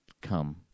Come